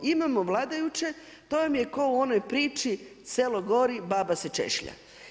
Imamo vladajuće, to vam je kao u onoj priči selo gori, baba se češlja.